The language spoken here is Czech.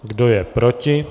Kdo je proti?